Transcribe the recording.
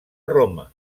roma